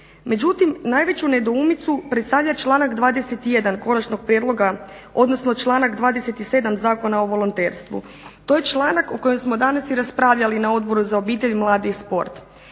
Međutim najveću nedoumicu predstavlja članak 21. Konačnog prijedloga odnosno članak 27. Zakona o volonterstvu. To je članak o kojem smo danas i raspravljali na Odboru za obitelj, mlade i sport.